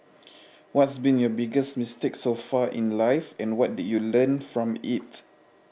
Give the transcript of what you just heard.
what's been your biggest mistake in life so far and what did you learn from it